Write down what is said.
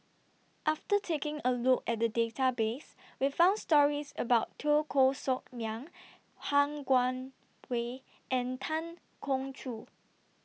after taking A Look At The Database We found stories about Teo Koh Sock Miang Han Guangwei and Tan Keong Choon